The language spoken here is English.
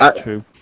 true